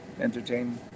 entertain